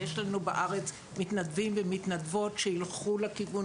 יש לנו בארץ מתנדבים ומתנדבות שילכו לכיוון